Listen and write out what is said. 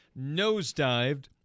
nosedived